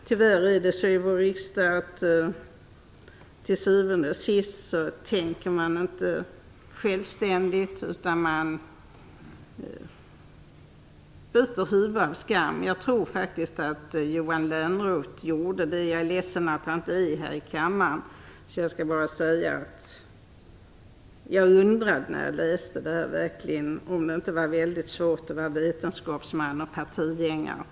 Tyvärr är det så i vår riksdag att man till syvende och sist inte tänker självständigt, utan man biter huvudet av skammen. Jag tror faktiskt att Johan Lönnroth gjorde det. Jag beklagar att han inte finns i kammaren just nu. Därför nöjer jag mig med att säga att jag när jag läste detta undrade om det inte är väldigt svårt att vara både vetenskapsman och partigängare.